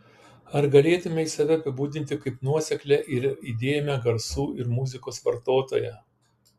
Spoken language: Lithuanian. ar galėtumei save apibūdinti kaip nuoseklią ir įdėmią garsų ir muzikos vartotoją